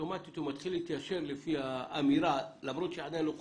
אוטומטית הוא מתחיל להתיישר לפני האמירה למרות שעדיין לא חוקקה,